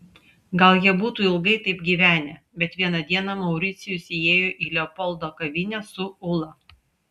gal jie būtų ilgai taip gyvenę bet vieną dieną mauricijus įėjo į leopoldo kavinę su ula